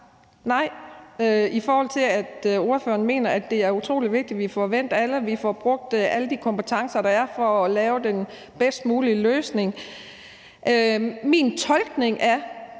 nej, i forhold til at ordføreren mener, at det er utrolig vigtigt, at vi får vendt alting, og at vi får brugt alle de kompetencer, der er til at lave den bedst mulige løsning. Det kan godt